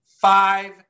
Five